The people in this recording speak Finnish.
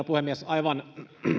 puhemies aivan